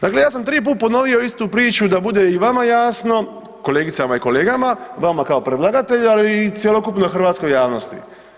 Dakle, ja sam tri puta ponovio istu priču da bude i vama jasno kolegicama i kolegama, vama kao predlagatelju, ali i cjelokupnoj hrvatskoj javnosti.